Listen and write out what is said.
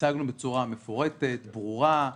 הצגנו בצורה מפורטת וברורה.